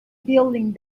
building